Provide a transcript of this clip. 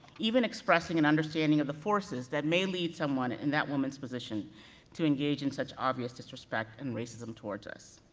even expressing an understanding of the forces that may lead someone in that woman's position to engage in such obvious disrespect and racism towards us,